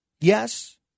Yes